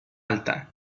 alta